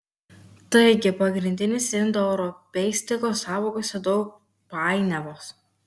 taigi pagrindinėse indoeuropeistikos sąvokose daug painiavos